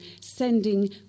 sending